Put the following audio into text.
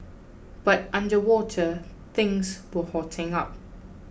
but underwater things were hotting up